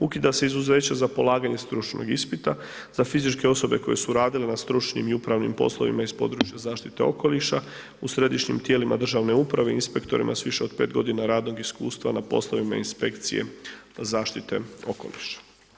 Ukida se izuzeće za polaganje stručnog ispita za fizičke osobe koje su radile na stručnim i upravnim poslovima iz područja zaštite okoliša u Središnjim tijelima državne uprave, inspektorima s više od 5 godina radnog iskustva na poslovima inspekcije zaštite okoliša.